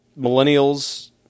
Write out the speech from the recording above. millennials